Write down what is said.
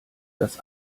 das